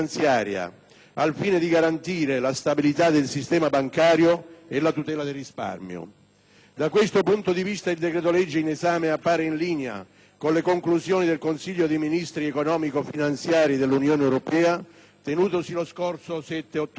al fine di garantire la stabilità del sistema bancario e la tutela del risparmio. Da questo punto di vista, il decreto-legge in esame appare in linea con le conclusioni del Consiglio dei ministri economico-fmanziari dell'Unione europea tenutosi lo scorso 7 ottobre.